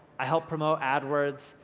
i help promote adwords,